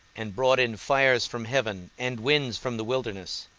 and brought in fires from heaven and winds from the wilderness.